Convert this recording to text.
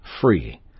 free